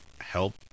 help